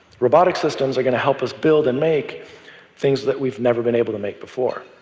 robotic systems are going to help us build and make things that we've never been able to make before.